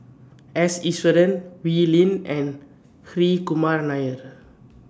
S Iswaran Wee Lin and Hri Kumar Nair